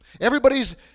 Everybody's